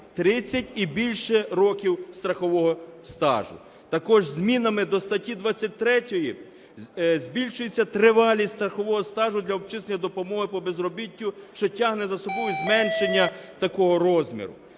30 і більше років страхового стажу. Так ось, змінами до статті 23 збільшується тривалість страхового стажу для обчислення допомоги по безробіттю, що тягне за собою зменшення такого розміру.